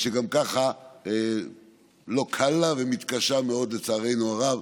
שגם ככה לא קל לה והיא מתקשה מאוד, לצערנו הרב.